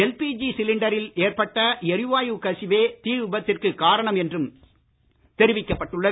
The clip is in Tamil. எல்பிஜி சிலிண்டரில் ஏற்பட்ட எரிவாயுக் கசிவே தீ விபத்திற்கு காரணம் என்றும் தெரிவிக்கப்பட்டுள்ளது